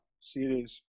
series